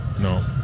no